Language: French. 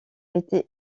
été